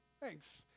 thanks